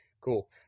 cool